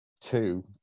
two